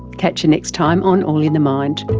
catch you next time on all in the mind